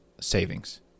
savings